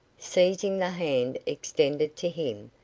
seizing the hand extended to him,